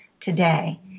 today